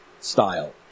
style